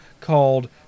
called